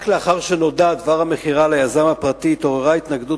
רק לאחר שנודע דבר המכירה ליזם הפרטי התעוררה התנגדות